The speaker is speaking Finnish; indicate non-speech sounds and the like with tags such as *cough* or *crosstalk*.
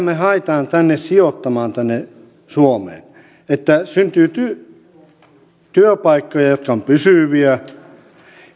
*unintelligible* me haemme tätä pääomaa sijoittamaan tänne suomeen että syntyy työpaikkoja jotka ovat pysyviä